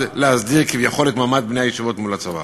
להסדיר כביכול את מעמד בני-הישיבות מול הצבא.